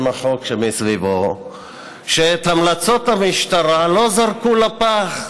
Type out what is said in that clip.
החוק שמסביבו שאת המלצות המשטרה לא זרקו לפח.